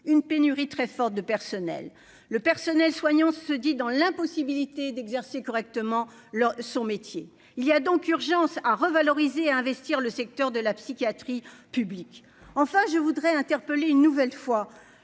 une pénurie très forte de personnels, le personnel soignant se dit dans l'impossibilité d'exercer correctement leur son métier il y a donc urgence à revaloriser à investir le secteur de la psychiatrie publique enfin je voudrais interpeller une nouvelle fois